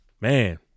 man